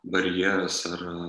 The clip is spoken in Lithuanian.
barjeras ar